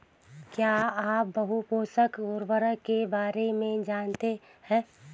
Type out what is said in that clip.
क्या आप बहुपोषक उर्वरक के बारे में जानते हैं?